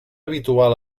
habitual